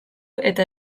eta